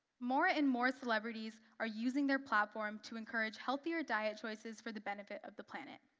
more and more celebrities are using their platform to encourage healthier diet choices for the benefit of the planet.